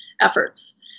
efforts